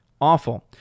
awful